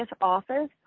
office